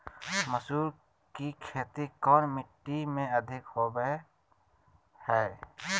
मसूर की खेती कौन मिट्टी में अधीक होबो हाय?